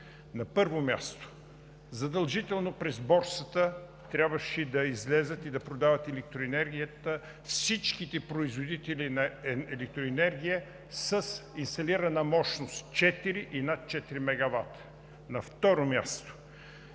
На първо място, задължително през Борсата трябваше да излязат и да продават електроенергията всички производители на електроенергия с инсталирана мощност четири и над четири мегавата. На второ място,